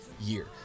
year